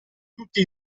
tutti